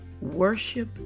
worship